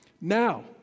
Now